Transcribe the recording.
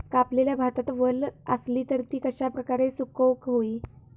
कापलेल्या भातात वल आसली तर ती कश्या प्रकारे सुकौक होई?